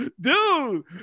dude